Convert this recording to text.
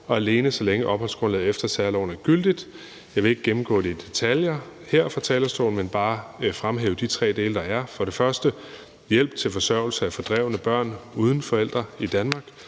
og alene så længe opholdsgrundlaget efter særloven er gyldigt. Jeg vil ikke gennemgå det i detaljer her fra talerstolen, men bare fremhæve de tre dele, der er. For det første er der hjælp til forsørgelse af fordrevne børn uden forældre i Danmark.